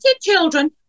children